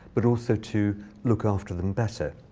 but also to look after them better.